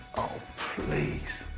oh please.